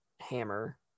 hammer